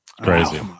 crazy